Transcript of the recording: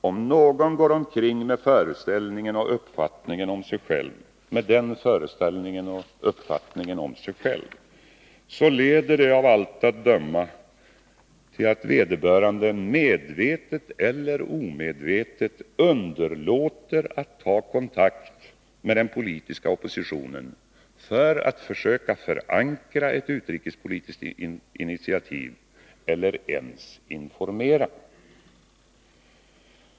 Om någon går omkring med den föreställningen och uppfattningen om sig själv, leder det av allt att döma till att vederbörande medvetet eller omedvetet underlåter att ta kontakt med den politiska oppositionen för att försöka förankra ett utrikespolitiskt initiativ eller ens informera.